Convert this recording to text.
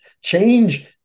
Change